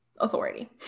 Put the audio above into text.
authority